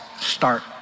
start